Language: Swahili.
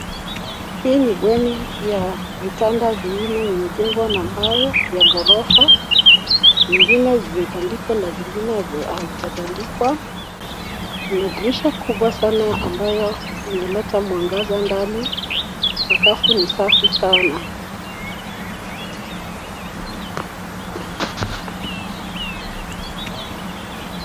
Hii ni bweni ya vitanda vinne vimejengwa na mbao vya ghorofa . Vingine vimetandikwa na vingine havijatandikwa . Kuna dirisha kubwa sana ambayo inaleta mwangaza ndani . Sakafu ni safi sana.